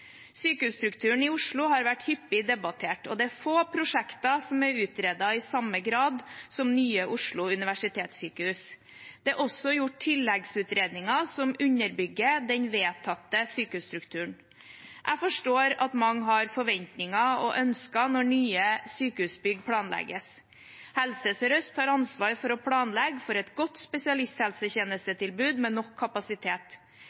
Sykehusstrukturen i Oslo har vært hyppig debattert, og det er få prosjekter som er utredet i samme grad som Nye Oslo universitetssykehus. Det er også gjort tilleggsutredninger som underbygger den vedtatte sykehusstrukturen. Jeg forstår at mange har forventninger og ønsker når nye sykehusbygg planlegges. Helse Sør-Øst har ansvar for å planlegge for et godt